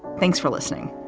thanks for listening.